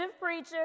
preacher